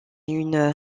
une